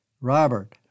robert